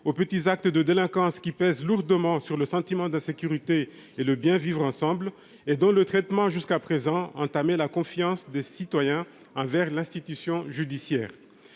aux petits actes de délinquance qui pèse lourdement sur le sentiment d'insécurité et le bien vivre-ensemble et dans le traitement jusqu'à présent entamer la confiance des citoyens envers l'institution judiciaire.